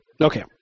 Okay